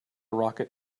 rocket